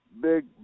big